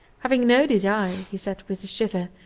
having no desire, he said with a shiver,